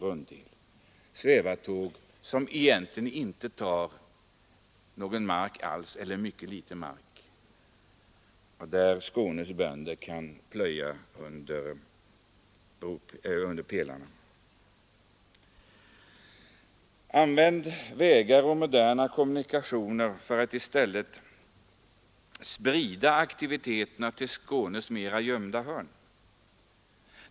Sådana svävartåg upptar egentligen inte någon mark alls — i varje fall väldigt litet mark — och Skånes bönder kan plöja under pelarna. Använd vägar och moderna kommunikationer för att i stället sprida aktiviteterna till Skånes mera gömda hörn!